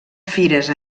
fires